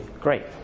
great